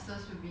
okay